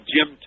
Jim